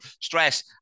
stress